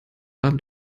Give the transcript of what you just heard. abend